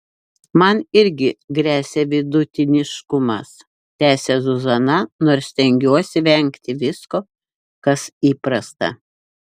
man irgi gresia vidutiniškumas tęsia zuzana nors stengiuosi vengti visko kas įprasta